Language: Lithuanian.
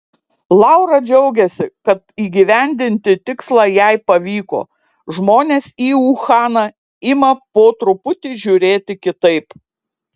laura džiaugiasi kad įgyvendinti tikslą jai pavyko žmonės į uhaną ima po truputį žiūrėti kitaip